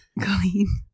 clean